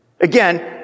Again